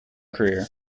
career